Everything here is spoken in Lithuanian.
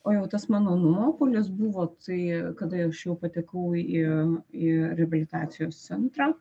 o jau tas mano nuopuolis buvo tai kada aš jau patekau į į reabilitacijos centrą